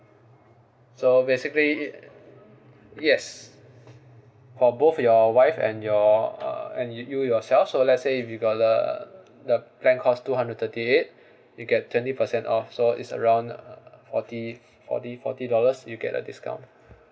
so basically yes for both your wife and your uh and you yourself so let's say if you got a the plan cost two hundred thirty eight you get twenty percent off so it's around uh forty forty forty dollars you get a discount